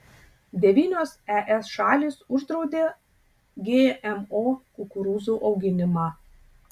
devynios es šalys uždraudė gmo kukurūzų auginimą